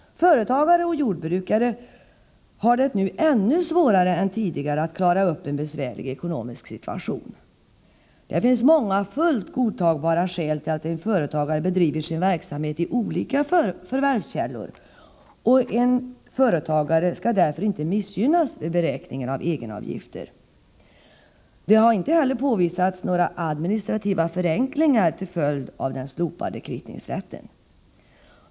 Företagare och jordbrukare har det nu ännu svårare än tidigare att klara upp en besvärlig ekonomisk situation. Det finns många fullt godtagbara skäl till att en företagare bedriver sin verksamhet i olika förvärvskällor, och en företagare skall därför inte missgynnas på det sätt som nu sker vid beräkningen av egenavgifter. Det har inte påvisats några administrativa förenklingar till följd av slopandet av kvittningsrätten.